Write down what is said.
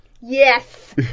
Yes